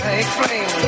explain